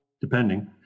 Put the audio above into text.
depending